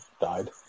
died